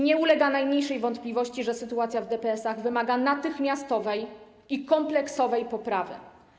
Nie ulega najmniejszej wątpliwości, że sytuacja w DPS-ach wymaga natychmiastowej i kompleksowej poprawy.